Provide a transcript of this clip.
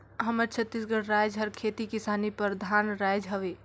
हमर छत्तीसगढ़ राएज हर खेती किसानी परधान राएज हवे